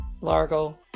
Largo